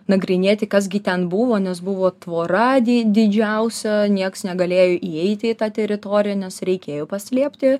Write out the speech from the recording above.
nagrinėti kas gi ten buvo nes buvo tvora di didžiausio nieks negalėjo įeiti į tą teritoriją nes reikėjo paslėpti